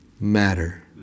matter